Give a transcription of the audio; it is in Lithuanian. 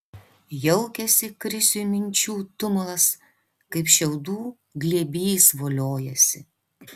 jaukiasi krisiui minčių tumulas kaip šiaudų glėbys voliojasi